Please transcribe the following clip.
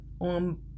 on